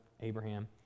Abraham